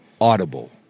Audible